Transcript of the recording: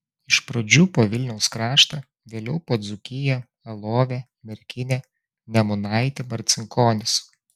iš pradžių po vilniaus kraštą vėliau po dzūkiją alovę merkinę nemunaitį marcinkonis